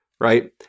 right